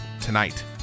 tonight